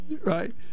Right